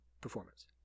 performance